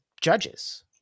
judges